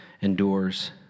endures